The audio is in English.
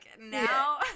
now